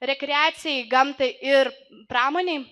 rekreacijai gamtai ir pramonei